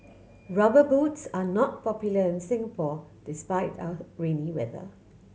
Rubber Boots are not popular in Singapore despite our rainy weather